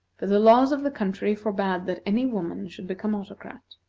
for the laws of the country forbade that any woman should become autocrat.